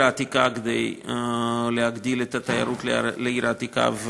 העתיקה כדי להגדיל את התיירות לעיר העתיקה,